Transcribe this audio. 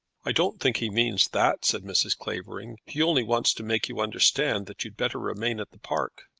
i don't think he means that, said mrs. clavering. he only wants to make you understand that you'd better remain at the park.